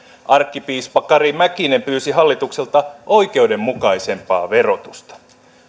arkkipiispa kari mäkinen pyysi hallitukselta oikeudenmukaisempaa verotusta